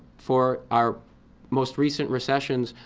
for our most recent recessions,